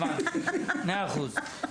הבנתי, מאה אחוז.